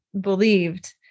Believed